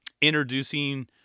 introducing